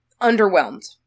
underwhelmed